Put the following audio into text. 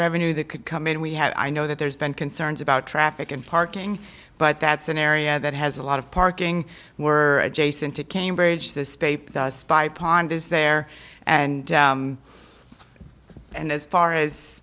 revenue that could come in and we have i know that there's been concerns about traffic and parking but that's an area that has a lot of parking we're adjacent to cambridge this paper spy pond is there and and as far as